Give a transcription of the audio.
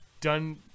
done